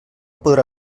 podrà